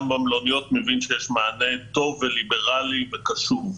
במלוניות מבין שיש מענה טוב וליברלי וקשוב.